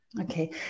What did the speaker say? Okay